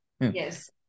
Yes